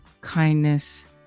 kindness